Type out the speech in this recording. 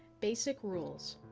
basic rules